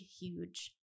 huge